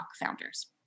founders